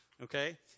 Okay